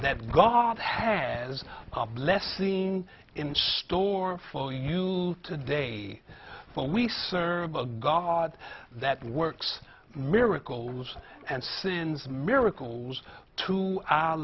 that god has a blessing in store for you today when we serve a god that works miracles and sins miracles to